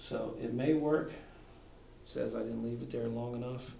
so it may work says i didn't leave it there long enough